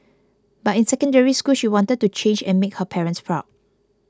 but in Secondary School she wanted to change and make her parents proud